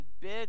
big